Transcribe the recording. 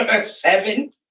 seven